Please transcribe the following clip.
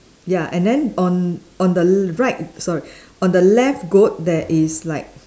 ya and then on on the l~ right sorry on the left goat there is like